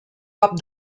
cop